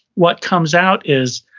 what comes out is,